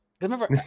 remember